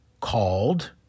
called